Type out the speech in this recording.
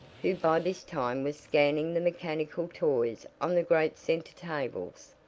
who by this time was scanning the mechanical toys on the great center tables.